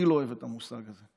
אני לא אוהב את המושג הזה.